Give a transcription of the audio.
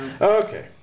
Okay